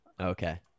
Okay